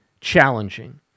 challenging